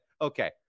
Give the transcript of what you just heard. okay